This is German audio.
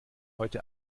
heute